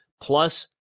plus